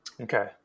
Okay